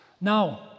now